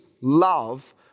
love